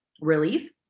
relief